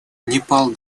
непал